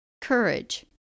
courage